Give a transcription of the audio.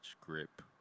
grip